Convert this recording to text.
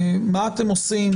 מה אתם עושים,